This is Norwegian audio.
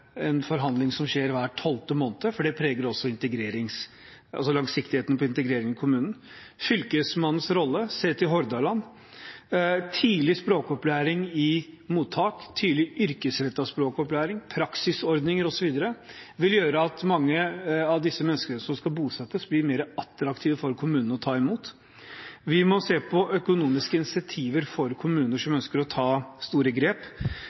en forhandling som skjer kanskje bare hver tolvte måned, for det preger også langsiktigheten til integreringen i kommunen. Vi må se på Fylkesmannens rolle – se til Hordaland. Tidlig språkopplæring i mottak, tidlig yrkesrettet språkopplæring, praksisordninger osv. vil gjøre at mange av menneskene som skal bosettes, blir mer attraktive for kommunene å ta imot. Vi må se på økonomiske incentiver for kommuner som